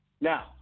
Now